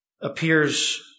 appears